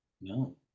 No